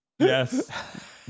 yes